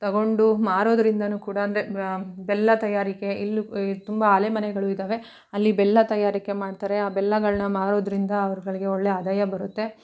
ತಗೊಂಡು ಮಾರೋದ್ರಿಂದಲೂ ಕೂಡ ಅಂದರೆ ಬೆಲ್ಲ ತಯಾರಿಕೆ ಇಲ್ಲೂ ತುಂಬ ಆಲೆ ಮನೆಗಳು ಇದ್ದಾವೆ ಅಲ್ಲಿ ಬೆಲ್ಲ ತಯಾರಿಕೆ ಮಾಡ್ತಾರೆ ಆ ಬೆಲ್ಲಗಳನ್ನ ಮಾರೋದರಿಂದ ಅವ್ರುಗಳ್ಗೆ ಒಳ್ಳೆ ಆದಾಯ ಬರುತ್ತೆ